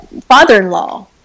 father-in-law